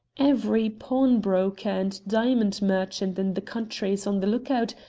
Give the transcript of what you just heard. every pawnbroker and diamond merchant in the country is on the look-out,